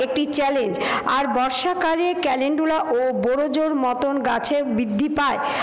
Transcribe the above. একটি চ্যালেঞ্জ আর বর্ষাকালে ক্যালেন্ডুলা ও বোড়োজোর মতন গাছের বৃদ্ধি পায়